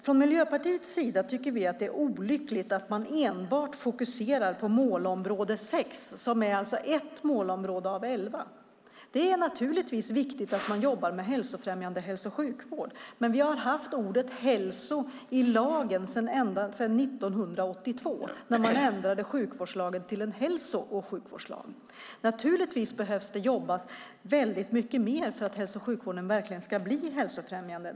Från Miljöpartiets sida tycker vi att det är olyckligt att man enbart fokuserar på målområde sex som är ett målområde av elva. Det är naturligtvis viktigt att man jobbar med hälsofrämjande hälso och sjukvård. Men vi har haft ordet hälso i lagen ända sedan 1982 när man ändrade sjukvårdslagen till en hälso och sjukvårdslag. Naturligtvis behöver man jobba mycket mer för att hälso och sjukvården verkligen ska bli hälsofrämjande.